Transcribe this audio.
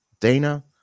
Dana